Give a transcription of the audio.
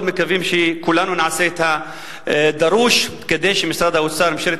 אנחנו מאוד מקווים שכולנו נעשה את הדרוש כדי שמשרד האוצר וממשלת